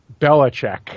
Belichick